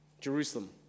Jerusalem